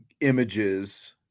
images